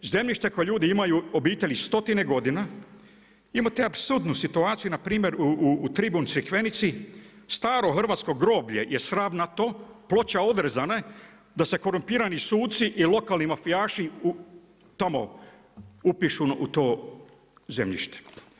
Zemljište koje ljudi imaju obitelji stotine godina imate apsurdnu situaciju na primjer u Tribunj Crikvenici staro hrvatsko groblje je sravnato, ploče odrezane, da se korumpirani suci i lokalni mafijaši tamo upišu u to zemljište.